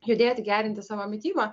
judėti gerinti savo mitybą